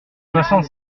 soixante